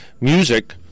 music